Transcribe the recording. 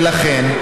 ולכן,